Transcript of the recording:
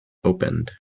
opened